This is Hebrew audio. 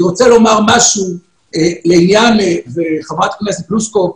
אני רוצה לומר משהו לחברת הכנסת פלוסקוב,